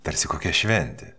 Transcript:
tarsi kokia šventė